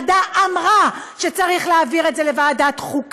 היועצת המשפטית של הוועדה אמרה שצריך להעביר את זה לוועדת החוקה.